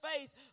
faith